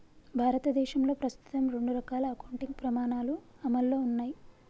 భారతదేశంలో ప్రస్తుతం రెండు రకాల అకౌంటింగ్ ప్రమాణాలు అమల్లో ఉన్నయ్